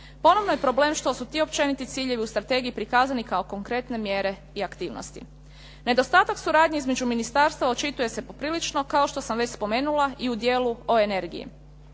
Ponovno je problem što su ti općeniti ciljevi u strategiji prikazani kao konkretne mjere i aktivnosti. Nedostatak suradnje između ministarstva očituje se poprilično kao što sam već spomenula i u dijelu o energiji.